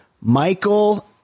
Michael